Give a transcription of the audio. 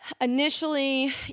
initially